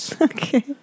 Okay